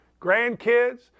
grandkids